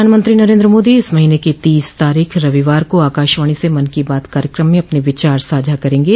प्रधानमंत्री नरेन्द्र मोदी इस महीने की तीस तारीख रविवार को आकाशवाणी से मन की बात कार्यक्रम में अपने विचार साझा करेंगे